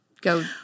go